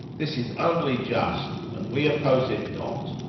this is only just, and we oppose it not.